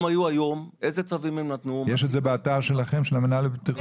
יש את זה באתר שלכם של מינהל הבטיחות?